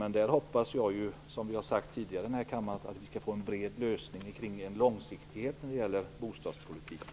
Men jag hoppas, som vi har sagt tidigare här i kammaren, att vi skall få en bred lösning kring en långsiktighet när det gäller bostadspolitiken.